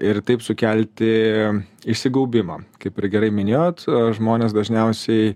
ir taip sukelti išsigaubimą kaip ir gerai minėjot žmonės dažniausiai